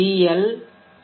L I